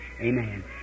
Amen